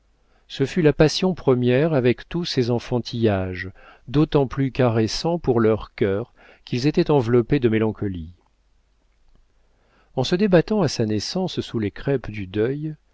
ce fut la passion première avec tous ses enfantillages d'autant plus caressants pour leurs cœurs qu'ils étaient enveloppés de mélancolie en se débattant à sa naissance sous les crêpes du deuil